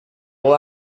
all